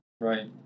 Right